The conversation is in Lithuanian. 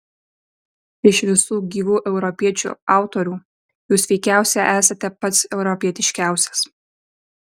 iš visų gyvų europiečių autorių jūs veikiausiai esate pats europietiškiausias